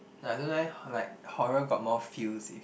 I don't know eh like horror got more feels if